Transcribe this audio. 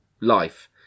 life